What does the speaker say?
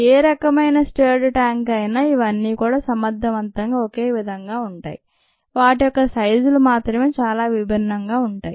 ఏ రకమైన stirred tank అయినా ఇవన్నీ కూడా సమర్థవంతంగా ఒకేవిధంగా ఉంటాయి వాటి యొక్క సైజులు మాత్రమే చాలా విభిన్నంగా ఉంటాయి